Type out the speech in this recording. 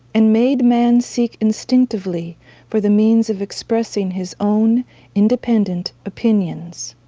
and made man seek instinctively for the means of expressing his own independent opinions.